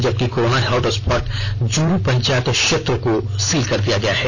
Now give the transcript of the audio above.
जबकि corona hotspot Juru panchayat क्षेत्र को सील कर दिया गया है